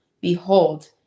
behold